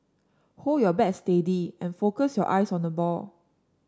hold your bat steady and focus your eyes on the ball